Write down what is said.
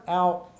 out